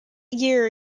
year